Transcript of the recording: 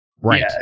Right